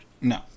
No